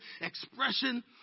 expression